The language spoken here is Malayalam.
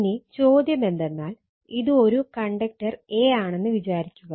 ഇനി ചോദ്യമെന്തെന്നാൽ ഇത് ഒരു കണ്ടക്റ്റർ a ആണെന്ന് വെക്കുക